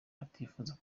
atifuza